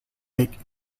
make